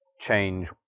change